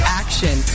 action